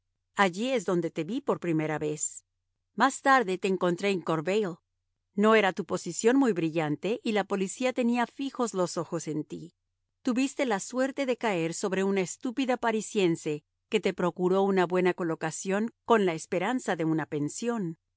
allí es donde te vi por primera vez más tarde te encontré en corbeil no era tu posición muy brillante y la policía tenía fijos los ojos en ti tuviste la suerte de caer sobre una estúpida parisiense que te procuró una buena colocación con la esperanza de una pensión